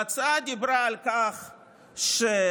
ההצעה דיברה על כך שהוועדה,